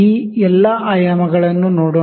ಈ ಎಲ್ಲಾ ಆಯಾಮಗಳನ್ನು ನೋಡೋಣ